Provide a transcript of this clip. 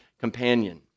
companion